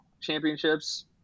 championships –